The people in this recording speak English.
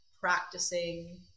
practicing